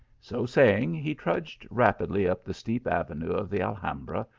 so saying, he trudged rapidly up the steep avenue of the alhambra,